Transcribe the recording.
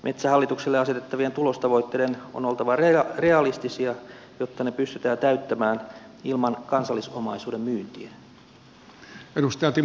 metsähallitukselle asetettavien tulostavoitteiden on oltava realistisia jotta ne pystytään täyttämään ilman kansallisomaisuuden myyntiä